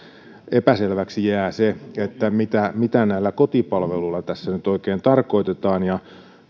epäselväksi jää se mitä mitä näillä kotipalveluilla tässä nyt oikein tarkoitetaan ja